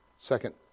second